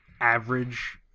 average